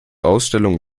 ausstellung